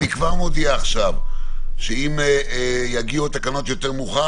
אני כבר מודיע עכשיו שאם יגיעו התקנות יותר מאוחר,